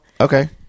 okay